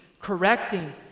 correcting